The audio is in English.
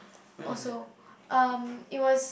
also um it was